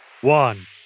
one